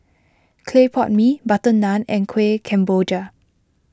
Clay Pot Mee Butter Naan and Kuih Kemboja